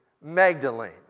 Magdalene